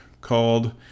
called